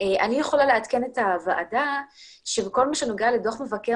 אני יכולה לעדכן את הוועדה שבכל מה שנוגע לדוח מבקר